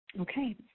Okay